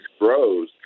grows